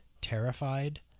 Terrified